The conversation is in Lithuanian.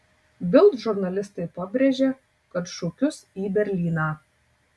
bild žurnalistai pabrėžė kad šūkius į berlyną